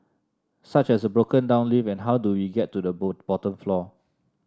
such as a broken down lift and how do we get to the bottom floor